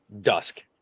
dusk